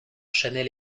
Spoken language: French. chanel